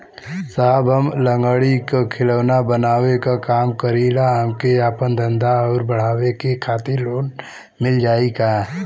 साहब हम लंगड़ी क खिलौना बनावे क काम करी ला हमके आपन धंधा अउर बढ़ावे के खातिर लोन मिल जाई का?